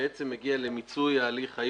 שבעצם הגיע למיצוי ההליך,